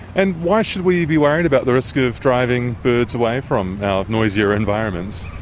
and why should we be worried about the risk of driving birds away from our noisier environments?